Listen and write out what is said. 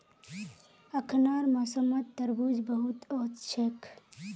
अखनार मौसमत तरबूज बहुत वोस छेक